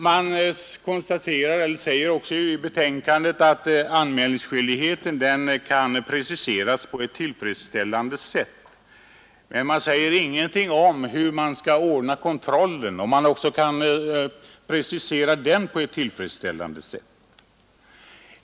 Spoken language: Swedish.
Utskottet säger också i betänkandet att anmälningsskyldigheten kan preciseras på ett tillfredsställande sätt, men man nämner ingenting om hur kontrollen skall ordnas.